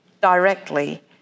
directly